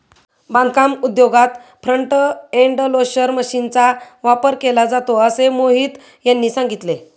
बांधकाम उद्योगात front end loader मशीनचा वापर केला जातो असे मोहित यांनी सांगितले